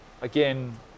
again